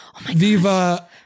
Viva